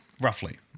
roughly